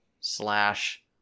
slash